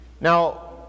Now